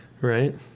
right